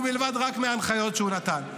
ולו רק מההנחיות שהוא נתן.